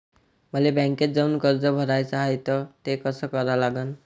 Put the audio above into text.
मले बँकेत जाऊन कर्ज भराच हाय त ते कस करा लागन?